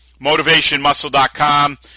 MotivationMuscle.com